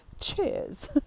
Cheers